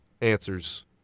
answers